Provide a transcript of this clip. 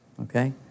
Okay